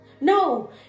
No